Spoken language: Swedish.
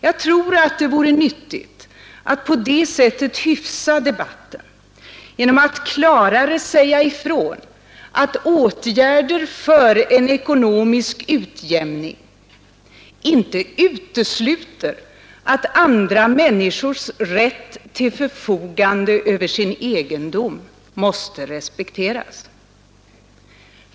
Jag tror att det vore nyttigt att på det sättet hyfsa debatten genom att klarare säga ifrån att åtgärder för en ekonomisk utjämning inte utesluter att andra människors rätt till förfogande över sin egendom måste respekteras.